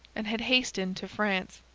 and had hastened to france.